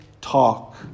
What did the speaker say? talk